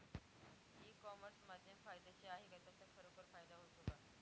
E commerce माध्यम फायद्याचे आहे का? त्याचा खरोखर फायदा होतो का?